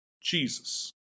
Jesus